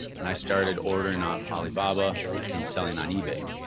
and i started ordering off alibaba and selling on ebay,